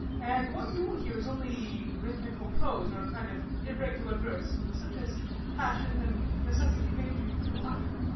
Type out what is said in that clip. and what you will hear is only rhythmical prose or a kind of irregular verse, such as passion and necessity make two people utter.